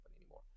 anymore